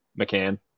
McCann